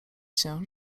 się